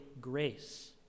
grace